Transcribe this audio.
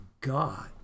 God